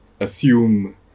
assume